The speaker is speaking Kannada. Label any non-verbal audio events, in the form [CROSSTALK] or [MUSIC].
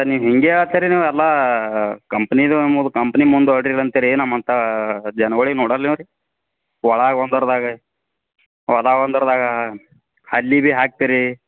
ನೀವು ಹೀಗೇ ಹೇಳ್ತೀರಿ ನೀವು ಎಲ್ಲ ಕಂಪ್ನೀದು ನಿಮ್ಮದು ಕಂಪ್ನಿ ಮುಂದೆ ಹೊಡಿವಂತಿರಿ ನಮ್ಮಂಥ ಜನ್ಗಳಿಗೆ ನೋಡೋಲ್ಲೇನ್ರಿ [UNINTELLIGIBLE] ಹಲ್ಲಿ ಬೀ ಹಾಕ್ತೀರಿ